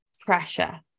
pressure